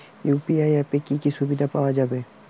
UPI অ্যাপে কি কি সুবিধা পাওয়া যাবে?